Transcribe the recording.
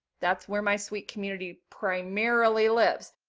that's where my sweet community primarily lives.